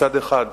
מצד אחד,